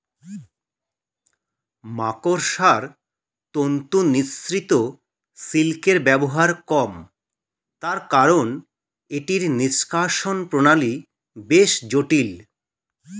মাকড়সার তন্তু নিঃসৃত সিল্কের ব্যবহার কম, তার কারন এটির নিষ্কাশণ প্রণালী বেশ জটিল